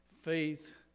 Faith